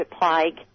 plague